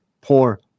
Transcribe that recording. poor